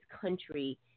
country